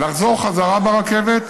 לחזור חזרה ברכבת,